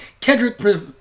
Kendrick